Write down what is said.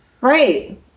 Right